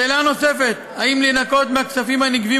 שאלה נוספת: האם לנכות מהכספים הנגבים